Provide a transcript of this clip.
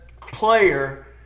player